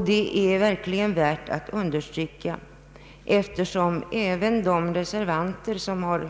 Det är verkligen värt att understryka, eftersom även de reservanter som här har